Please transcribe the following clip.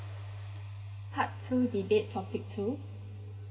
part two debate topic two